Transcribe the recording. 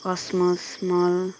cosmos mall